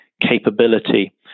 capability